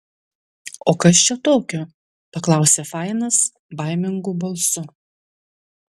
o kas čia tokio paklausė fainas baimingu balsu